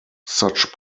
such